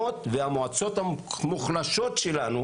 למועצות המוחלשות שלנו